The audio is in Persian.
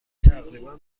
تقریبا